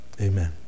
Amen